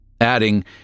Adding